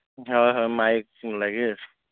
ହଁ ହଁ ମାଇକ୍ ଲାଗିବ